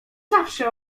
zawsze